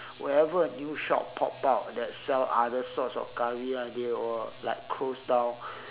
wherever a new shop pop out that sell other sorts of curry ah they will like close down